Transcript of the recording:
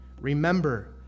Remember